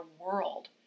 world